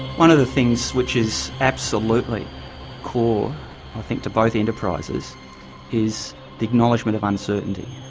one of the things which is absolutely core i think to both enterprises is acknowledgement of uncertainty.